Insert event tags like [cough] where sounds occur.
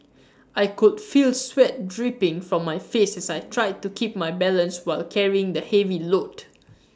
[noise] I could feel sweat dripping from my face as I tried to keep my balance while carrying the heavy load